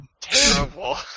terrible